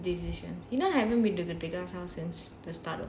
ya decisions you know I haven't been to the tiga's house since this time of the year